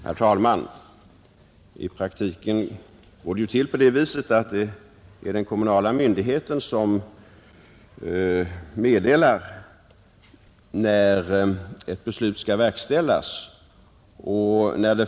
Herr talman! I praktiken går det ju till på det viset, att den kommunala myndigheten meddelar när ett beslut skall verkställas.